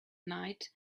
night